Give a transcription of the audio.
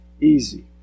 easy